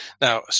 Now